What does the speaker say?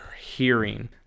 hearing